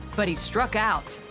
but he struck out.